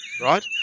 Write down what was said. Right